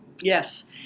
Yes